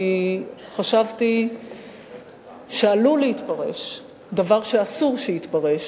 כי חשבתי שעלול להתפרש דבר שאסור שיתפרש,